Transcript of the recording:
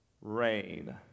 Rain